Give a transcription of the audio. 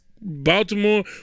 Baltimore